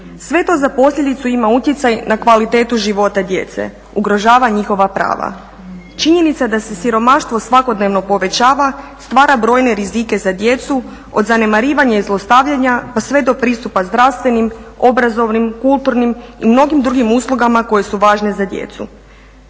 Sve to za posljedicu ima utjecaj na kvalitetu života djece, ugrožava njihova prava. Činjenica da se siromaštvo svakodnevno povećava stvara brojne rizike za djecu od zanemarivanja i zlostavljanja, pa sve do pristupa zdravstvenim, obrazovnim, kulturnim i mnogim drugim uslugama koje su važne za djecu.